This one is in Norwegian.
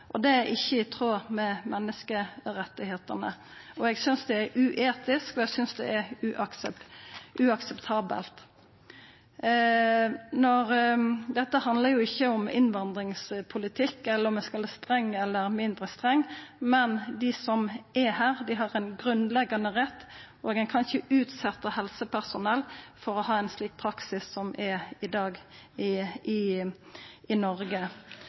og det er ikkje i tråd med menneskerettane. Eg synest det er uetisk, og eg synest det er uakseptabelt. Dette handlar jo ikkje om innvandringspolitikk eller om vi skal vera strenge eller mindre strenge. Men dei som er her, har ein grunnleggjande rett, og ein kan ikkje utsetja helsepersonell for ein slik praksis som ein har i dag i Noreg.